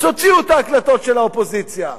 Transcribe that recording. תוציאו את ההקלטות של האופוזיציה,